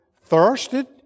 thirsted